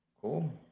Cool